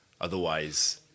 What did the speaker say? Otherwise